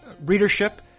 readership